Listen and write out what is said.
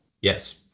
Yes